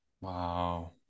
Wow